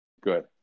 good